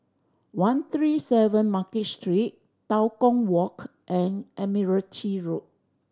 one three seven Market Street Tua Kong Walk and Admiralty Road